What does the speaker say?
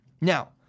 Now